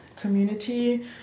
community